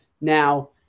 Now